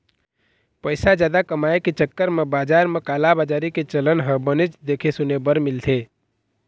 पइसा जादा कमाए के चक्कर म बजार म कालाबजारी के चलन ह बनेच देखे सुने बर मिलथे